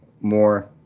more